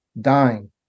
dying